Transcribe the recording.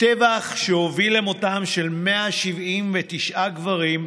טבח שהוביל למותם של 179 גברים,